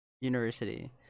university